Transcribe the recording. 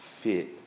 fit